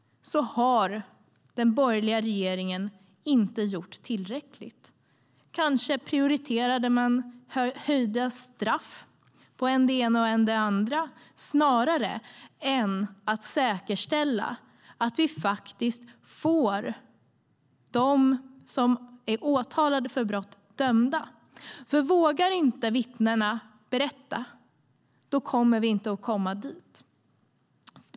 Den borgerliga regeringen har inte gjort tillräckligt på åtta år. Kanske prioriterade de höjda straff på än det ena än det andra, snarare än att säkerställa att de som är åtalade för brott blir dömda. Om vittnena inte vågar berätta kommer vi nämligen inte att komma dit.